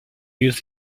use